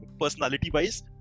personality-wise